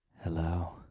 Hello